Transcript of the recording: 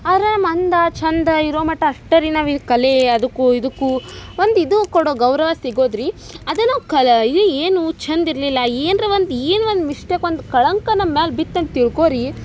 ಆರೇ ಅಂದ ಚಂದ ಇರೊ ಮಟ್ಟ ಅಷ್ಟೆ ರೀ ನಾವು ಈ ಕಲೇ ಅದುಕ್ಕೂ ಇದುಕ್ಕೂ ಒಂದು ಇದೂ ಕೊಡೊ ಗೌರವ ಸಿಗೋದ್ರಿ ಅದೆ ನಾವು ಕಲ ಈಗ ಏನು ಚಂದ್ ಇರಲಿಲ್ಲ ಏನ್ರ ಒಂದು ಏನು ಒನ್ ಮಿಸ್ಟೇಕ್ ಒಂದು ಕಳಂಕ ನಮ್ಮ ಮ್ಯಾಲೆ ಬಿತ್ತು ಅಂತ ತಿಳ್ಕೋ ರೀ